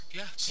yes